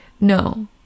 No